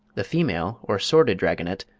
the female, or sordid dragonet,